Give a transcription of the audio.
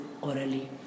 orally